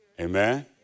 Amen